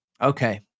okay